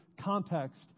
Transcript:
context